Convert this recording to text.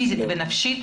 פיזית נפשית,